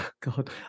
God